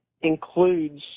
includes